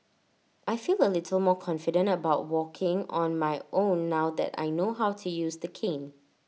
I feel A little more confident about walking on my own now that I know how to use the cane